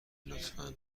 لطفا